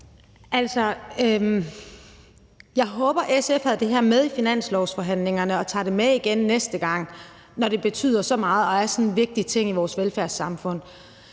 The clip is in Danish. Jeg håber, SF havde det her med i finanslovsforhandlingerne og tager det med igen næste gang, når det betyder så meget og er sådan en vigtig ting i vores velfærdssamfund.